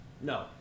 No